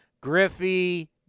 Griffey